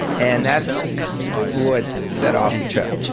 and that's what set off the trip.